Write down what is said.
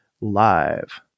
Live